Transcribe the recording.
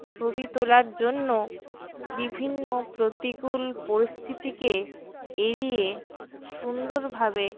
ছবি তোলার জন্য বিভিন্ন প্রতিকূল পরিস্থিতিকে এড়িয়ে সুন্দরভাবে